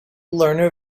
learner